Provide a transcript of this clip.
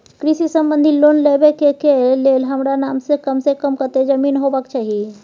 कृषि संबंधी लोन लेबै के के लेल हमरा नाम से कम से कम कत्ते जमीन होबाक चाही?